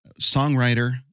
songwriter